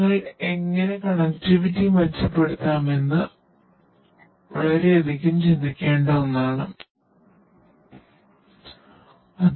നിങ്ങൾക്ക് എങ്ങനെ കണക്റ്റിവിറ്റി മെച്ചപ്പെടുത്താം എന്നത് വളരെ പ്രധാനപ്പെട്ട ഒരു കാര്യമാണ്